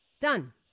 Done